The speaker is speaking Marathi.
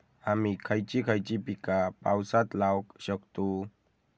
आम्ही खयची खयची पीका पावसात लावक शकतु?